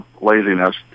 laziness